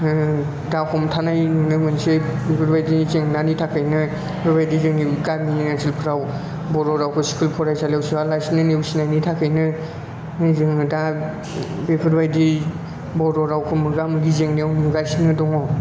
जोङो दा हमथानाय नुनो मोनसै बेफोर बायदि जेंनानि थाखायनो बेबायदि जोंनि गामि ओनसोलफ्राव बर' रावखौ स्कुल फरायसालियाव सोया लासिनो नेवसिनायनि थाखैनो जोङो दा बेफोरबायदि बर' रावखौ मोगा मोगि जेंनायाव नुगासिनो दङ